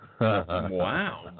Wow